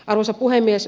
arvoisa puhemies